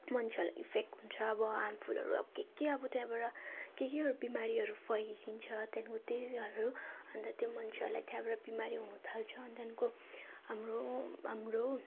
मान्छेहरूलाई इफेक्ट हुन्छ अब हार्मफुलहरू अब के के अब त्यहाँबाट के के बिमारीहरू फैलिदिन्छ त्यहाँदेखिको र त्यो मान्छेहरूलाई त्यहाँबाट बिमारी हुनथाल्छ त्यहाँदेखिको हाम्रो हाम्रो